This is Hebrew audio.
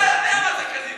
תישאר, אתה יודע מה זה קזינו.